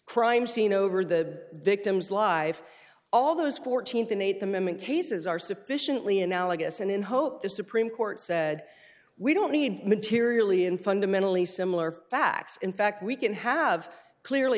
crime scene over the victim's life all those th and ate them in cases are sufficiently analogous and in hope the supreme court said we don't need materially in fundamentally similar facts in fact we can have clearly